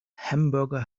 hamburger